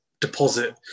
deposit